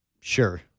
Sure